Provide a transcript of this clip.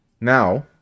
Now